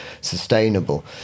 sustainable